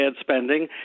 spending